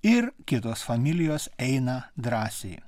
ir kitos familijos eina drąsiai